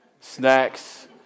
snacks